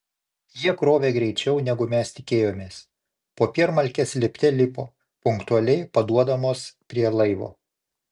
jie krovė greičiau negu mes tikėjomės popiermalkės lipte lipo punktualiai paduodamos prie laivo